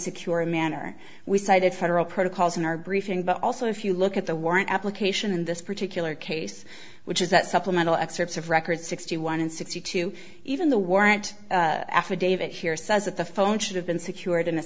secure manner we cited federal protocols in our briefing but also if you look at the warrant application in this particular case which is that supplemental excerpts of record sixty one and sixty two even the warrant affidavit here says that the phone should have been secured in a